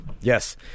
Yes